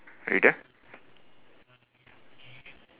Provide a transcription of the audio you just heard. are you there